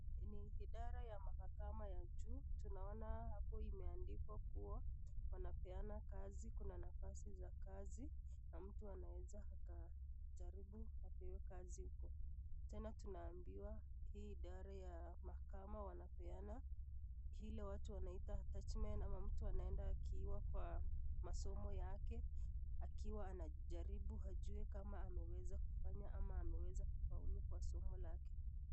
Ni idara ya mahakama ya juu, tunaona hapo juu imeandikwa kuwa wanapeana kazi, kuna nafasi za kazi na mtu anaweza kujaribu apewe kazi huko tena tunaambiwa hii idara ya mahakama wanapeana hilo watu wanaita attachment ama mtu anaenda akiwa kwa masomo yake akiwa anajaribu hajui kama ameweza kufanya ama ameweza kufaulu kwa somo yake.